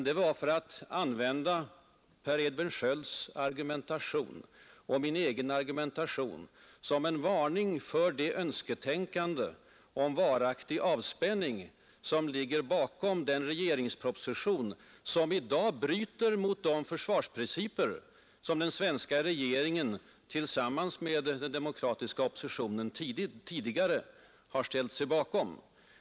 Det var för att Per Edvin Skölds och min egen argumentation var identisk då det gällde att varna för önsketänkande om en varaktig avspänning som skulle kunna motivera en regeringsproposition som bryter mot försvarsprinciper som den svenska regeringen tillsammans med den demokratiska oppositionen tidigare har ställt sig bakom.